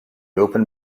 open